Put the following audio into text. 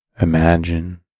Imagine